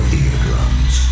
eardrums